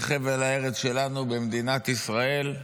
בחבל הארץ שלנו, במדינת ישראל,